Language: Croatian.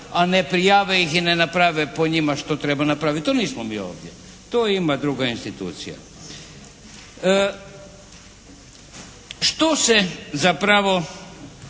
a ne prijave ih i ne naprave po njima što treba napraviti. To nismo mi ovdje. To ima druga institucija. Što se zapravo